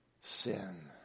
sin